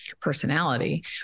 personality